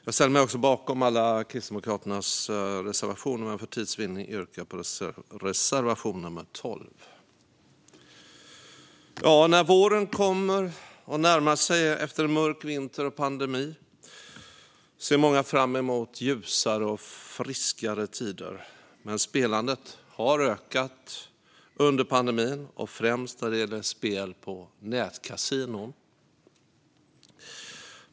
Jag ställer mig bakom alla Kristdemokraternas reservationer, men för tids vinnande yrkar jag bifall endast till reservation nummer 12. När våren närmar sig efter en mörk vinter och en pandemi ser många fram emot ljusare och friskare tider. Men spelandet har ökat under pandemin, främst när det gäller spel på nätkasinon.